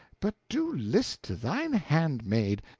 but do list to thine handmaid!